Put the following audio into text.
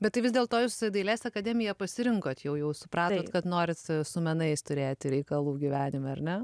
bet tai vis dėlto jūs dailės akademiją pasirinkot jau jau supratot kad norit su menais turėti reikalų gyvenime ar ne